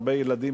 הרבה ילדים,